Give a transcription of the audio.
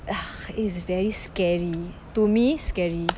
is very scary to me scary